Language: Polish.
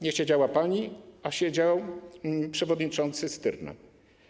Nie siedziała pani, siedział przewodniczący Styrna.